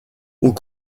aux